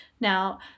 Now